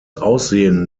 aussehen